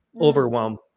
overwhelm